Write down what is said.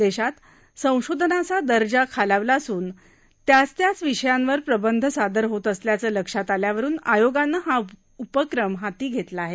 देशात संशोधनाचा दर्जा खालावला असून त्याच त्याच विषयांवर प्रबंध सादर होत असल्याचं लक्षात आल्यावरुन आयोगानं हा उपक्रम हाती घेतला आहे